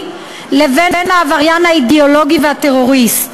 לבין העבריין האידיאולוגי והטרוריסט.